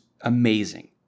amazing